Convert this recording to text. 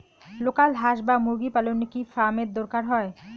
Local হাস বা মুরগি পালনে কি ফার্ম এর দরকার হয়?